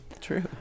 True